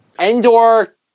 Endor